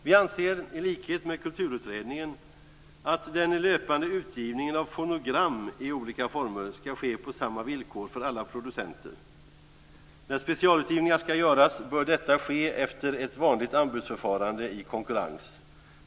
Vi anser i likhet med Kulturutredningen att den löpande utgivningen av fonogram i olika former ska ske på samma villkor för alla producenter. Där specialutgivningar ska göras bör detta ske efter ett vanligt anbudsförfarande i konkurrens.